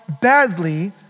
badly